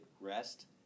rest